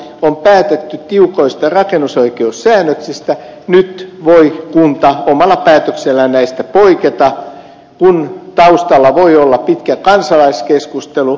on päätetty tiukoista rakennusoikeussäännöksistä nyt kunta voi omalla päätöksellään näistä poiketa kun taustalla voi olla pitkä kansalaiskeskustelu